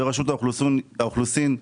ורשות האוכלוסין,